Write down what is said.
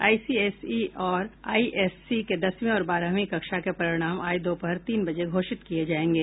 आई C S E और I S C के दसवीं और बारहवीं कक्षा के परीक्षा परिणाम आज दोपहर तीन बजे घोषित किये जायेंगे